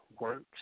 works